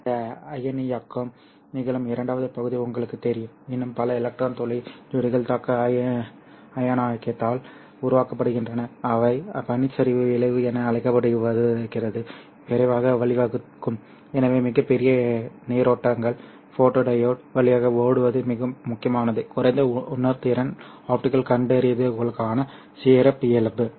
எனவே இந்த அயனியாக்கம் நிகழும் இரண்டாவது பகுதி உங்களுக்குத் தெரியும் இன்னும் பல எலக்ட்ரான் துளை ஜோடிகள் தாக்க அயனியாக்கத்தால் உருவாக்கப்படுகின்றன அவை பனிச்சரிவு விளைவு என அழைக்கப்படுவதற்கு விரைவாக வழிவகுக்கும் எனவே மிகப் பெரிய நீரோட்டங்கள் ஃபோட்டோடியோட் வழியாக ஓடுவது மிகவும் முக்கியமானது குறைந்த உணர்திறன் ஆப்டிகல் கண்டறிதலுக்கான சிறப்பியல்பு